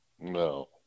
No